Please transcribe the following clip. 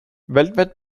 weltweit